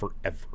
forever